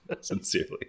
sincerely